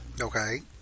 Okay